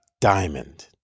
diamond